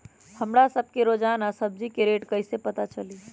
हमरा सब के रोजान सब्जी के रेट कईसे पता चली?